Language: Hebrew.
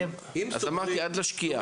אוקיי, עד השקיעה.